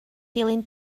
dilyn